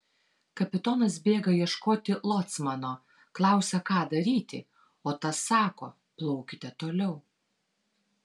kapitonas bėga ieškoti locmano klausia ką daryti o tas sako plaukite toliau